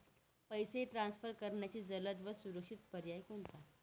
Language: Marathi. पैसे ट्रान्सफर करण्यासाठी जलद व सुरक्षित पर्याय कोणता?